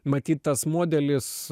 matyt tas modelis